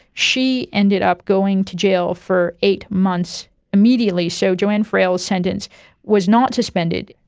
she ended up going to jail for eight months immediately. so joanne fraill's sentence was not suspended.